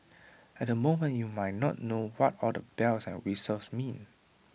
at the moment you might not know what all the bells and whistles mean